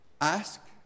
ask